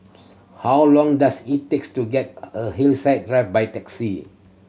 how long does it take to get a Hillside Drive by taxi